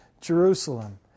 Jerusalem